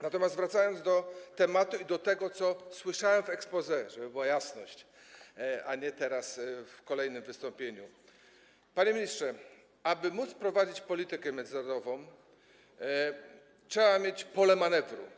Natomiast wracając do tematu i do tego, co słyszałem w exposé - żeby była jasność - a nie teraz, w kolejnym wystąpieniu: panie ministrze, aby móc prowadzić politykę międzynarodową, trzeba mieć pole manewru.